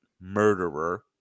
murderer